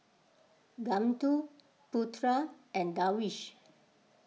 Guntur Putra and Darwish